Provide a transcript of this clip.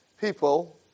People